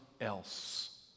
else